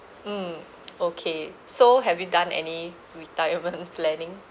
mm okay so have you done any retirement planning